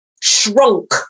shrunk